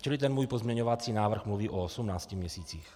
Čili ten můj pozměňovací návrh mluví o osmnácti měsících.